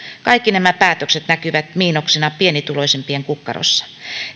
kaikki nämä päätökset näkyvät miinuksena pienituloisimpien kukkarossa